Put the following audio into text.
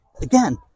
again